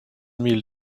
mille